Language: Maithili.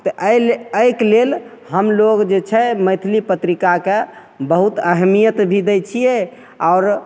तऽ एहि लेल एहिके लेल हमलोग जे छै मैथिली पत्रिकाके बहुत अहमियत भी दै छियै आओर